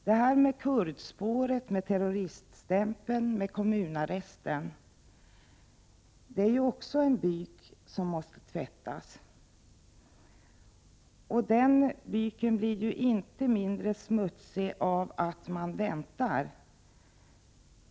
Det här med kurdspåret, terroriststämpel och kommunarrest är en byk som måste tvättas, och den byken blir inte mindre smutsig av att man väntar.